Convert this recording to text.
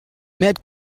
met